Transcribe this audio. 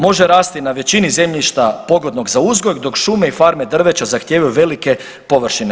Može rasti na većini zemljišta pogodnog za uzgoj, dok šume i farme drveća zahtijevaju velike površine.